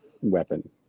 weapon